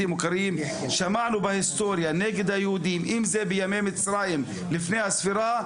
מוכרים שמענו בהיסטוריה נגד היהודים; אם זה בימי מצרים לפני הספירה,